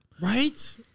Right